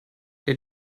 der